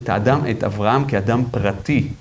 את אברהם כאדם פרטי.